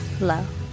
love